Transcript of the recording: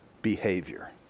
Behavior